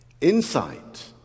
Insight